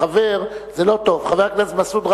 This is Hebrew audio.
חבר כנסת,